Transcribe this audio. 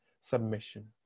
submission